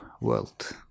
world